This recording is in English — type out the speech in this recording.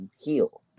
heal